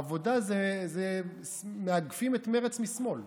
העבודה מאגפים את מרצ משמאל,